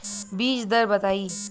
बीज दर बताई?